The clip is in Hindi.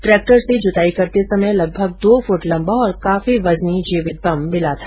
ट्रेक्टर से जुताई करते समय लगभग दो फुट लम्बा और काफी वजनी जीवित बम मिला था